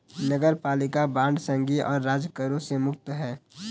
नगरपालिका बांड संघीय और राज्य करों से मुक्त हैं